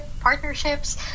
partnerships